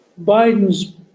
Biden's